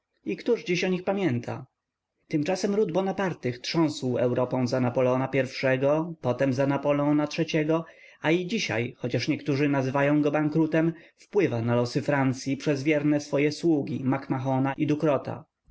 któż dziś o nich pamięta tymczasem ród bonapartych trząsł europą za napoleona i potem za napoleona iii a i dzisiaj choć niektórzy nazywają go bankrutem wpływa na losy francyi przez wierne swoje sługi mac-mahona i